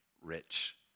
rich